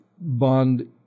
Bond